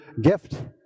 gift